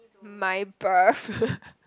my birth